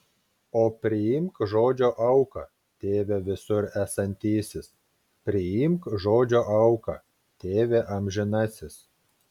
o priimk žodžio auką tėve visur esantysis priimk žodžio auką tėve amžinasis